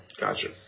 Gotcha